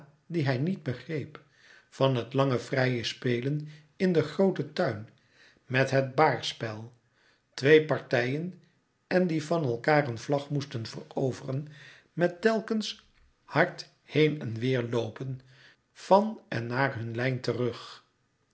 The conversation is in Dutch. die hij niet begreep van het lange vrije spelen in den grooten tuin met het baarspel twee partijen en die van elkaâr een vlag moesten veroveren met telkens hard heen en weêr loopen van en naar hun lijn terug